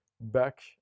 back